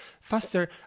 faster